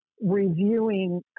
reviewing